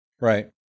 Right